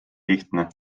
lihtne